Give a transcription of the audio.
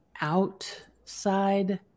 outside